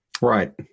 Right